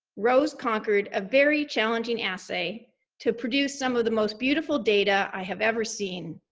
rose conquered a very challenging assay to produce some of the most beautiful data i have ever seen,